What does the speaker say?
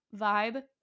vibe